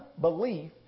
belief